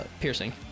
piercing